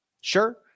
Sure